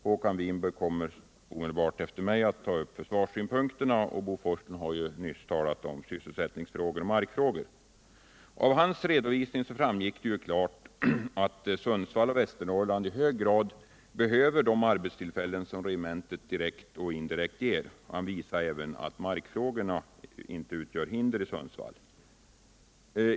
Håkan Winberg kommer omedelbart efter mig att ta upp försvarssynpunkterna, och Bo Forslund har nyss talat om sysselsättningsfrågor och markfrågor. Av hans redovisning framgick det klart att Sundsvall och Västernorrland i hög grad behöver de arbetstillfällen som regementet direkt och indirekt ger. Han visade även att markfrågorna inte utgör hinder i Sundsvall.